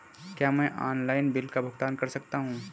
क्या मैं online bill का भुगतान कर सकता हूँ?